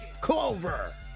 Clover